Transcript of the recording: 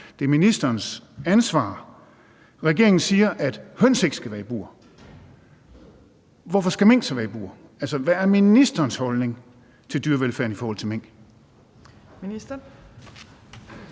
Det er ministerens ansvar. Regeringen siger, at høns ikke skal være i bur – hvorfor skal mink så være i bur? Altså, hvad er ministerens holdning til dyrevelfærden i forhold til mink?